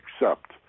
accept